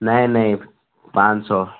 नहीं नहीं पाँच सौ